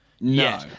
No